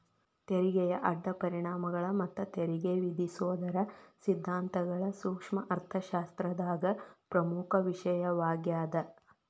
ತೆರಿಗೆಯ ಅಡ್ಡ ಪರಿಣಾಮಗಳ ಮತ್ತ ತೆರಿಗೆ ವಿಧಿಸೋದರ ಸಿದ್ಧಾಂತಗಳ ಸೂಕ್ಷ್ಮ ಅರ್ಥಶಾಸ್ತ್ರದಾಗ ಪ್ರಮುಖ ವಿಷಯವಾಗ್ಯಾದ